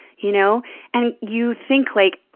you know and you think, like,